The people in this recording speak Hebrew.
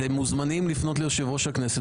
אתם מוזמנים לפנות ליושב-ראש הכנסת